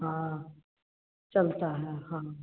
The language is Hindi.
हाँ चलता है हाँ